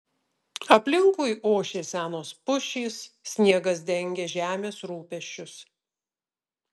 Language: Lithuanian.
aplinkui ošė senos pušys sniegas dengė žemės rūpesčius